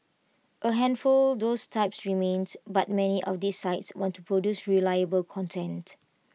A handful those types remains but many of these sites want to produce reliable content